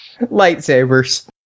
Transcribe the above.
Lightsabers